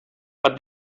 but